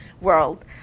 world